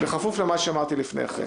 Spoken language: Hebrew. בכפוף למה שאמרתי לפני כן.